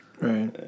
Right